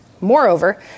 Moreover